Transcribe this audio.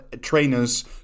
trainers